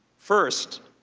first,